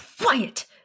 quiet